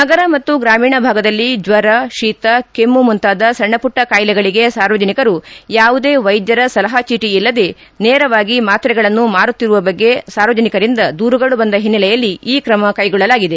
ನಗರ ಮತ್ತು ಗ್ರಾಮೀಣಾ ಭಾಗದಲ್ಲಿ ಜ್ವರ ಶೀತ ಕೆಮ್ನು ಮುಂತಾದ ಸಣ್ಣಪುಟ್ಟ ಕಾಯಿಲೆಗಳಿಗೆ ಸಾರ್ವಜನಿಕರು ಯಾವುದೇ ವೈದ್ದರ ಸಲಹಾ ಚೀಟಿ ಇಲ್ಲದೆ ನೇರವಾಗಿ ಮಾತ್ರೆಗಳನ್ನು ಮಾರುತ್ತಿರುವ ಬಗ್ಗೆ ಸಾರ್ವಜನಿಕರಿಂದ ದೂರುಗಳು ಬಂದ ಹಿನ್ನೆಲೆಯಲ್ಲಿ ಈ ಕ್ರಮ ಕ್ಷೆಗೊಳ್ಳಲಾಗಿದೆ